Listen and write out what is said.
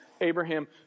Abraham